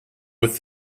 with